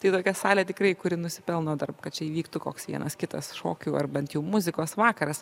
tai tokia salė tikrai kuri nusipelno dar kad čia įvyktų koks vienas kitas šokių ar bent jau muzikos vakaras